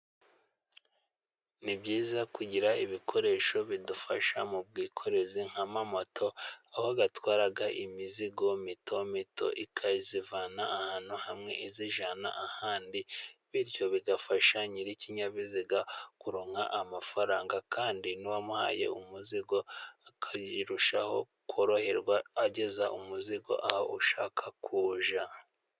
Ni byiza kugira ibikoresho bidufasha mu bwikorezi nk'amamoto aho atwara imizigo mitomito ikayivana ahantu hamwe izijyana ahandi, bityo bigafasha nyiri ikinyabiziga kuronka amafaranga ,kandi n'uwamuhaye umuzigo akayirushaho koroherwa ageza umuzigo aho ushakako ujya.